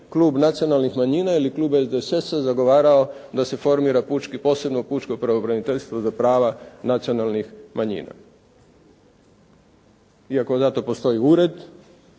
klub Nacionalnih manjina ili klub SDSS-a zagovarao da se formira posebno pučko pravobraniteljstvo za prava nacionalnih manjina. Iako za to postoji ured